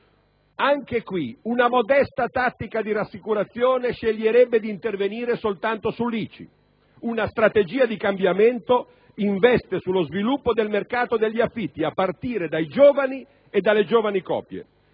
Anche qui una modesta tattica di rassicurazione sceglie di intervenire solo sull'ICI; una strategia di cambiamento investe invece sullo sviluppo del mercato degli affitti, a partire dai giovani e dalle giovani coppie.